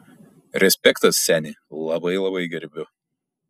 respektas seni labai labai gerbiu